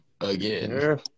Again